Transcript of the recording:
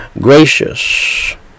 gracious